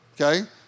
Okay